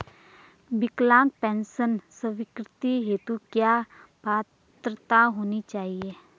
विकलांग पेंशन स्वीकृति हेतु क्या पात्रता होनी चाहिये?